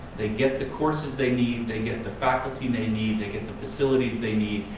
they get the courses they need, they get the faculty they need, they get the facilities they need,